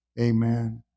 Amen